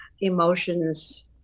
emotions